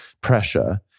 pressure